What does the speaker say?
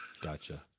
Gotcha